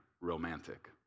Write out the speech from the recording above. romantic